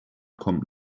kommt